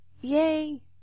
Yay